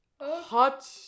Hot